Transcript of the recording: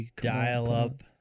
dial-up